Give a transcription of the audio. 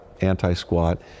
anti-squat